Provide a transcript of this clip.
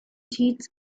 cheats